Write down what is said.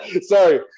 Sorry